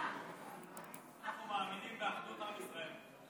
אנחנו מאמינים באחדות עם ישראל.